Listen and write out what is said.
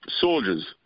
soldiers